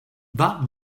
that